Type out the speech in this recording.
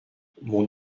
mon